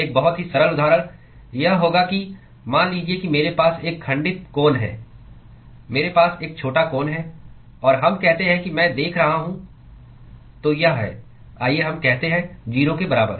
एक बहुत ही सरल उदाहरण यह होगा कि मान लीजिए कि मेरे पास एक खंडित कोन है मेरे पास एक छोटा कोन है और हम कहते हैं कि मैं देख रहा हूं तो यह है आइए हम कहते हैं 0 के बराबर